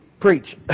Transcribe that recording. preach